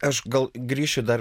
aš gal grįšiu dar